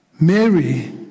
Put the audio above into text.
Mary